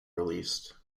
released